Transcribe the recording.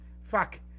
Fuck